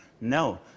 No